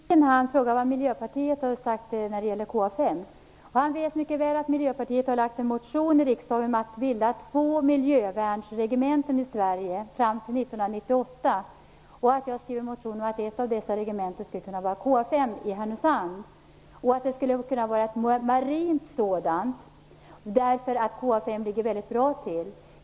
Fru talman! Sigge Godin frågar vad Miljöpartiet har sagt när det gäller KA 5. Han vet mycket väl att Miljöpartiet har väckt en motion till riksdagen om att bilda två miljövärnsregementen i Sverige fram till 1998. Han vet att jag har föreslagit i en motion att ett av dessa regementen, ett marint sådant, skulle kunna förläggas till KA 5 i Härnösand, därför att det ligger väldigt bra till.